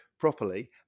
Properly